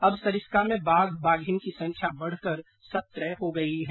अब सरिस्का में बाघ बाधिन की संख्या बढ़कर सत्रह हो गई है